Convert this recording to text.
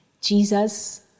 Jesus